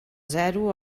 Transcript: zero